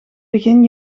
begin